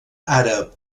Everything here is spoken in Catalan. àrab